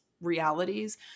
realities